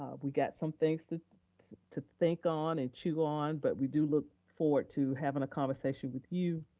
um we got some things to to think on and chew on but we do look forward to having a conversation with you,